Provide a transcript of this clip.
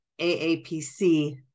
AAPC